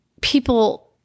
people